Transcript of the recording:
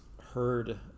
heard